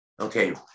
Okay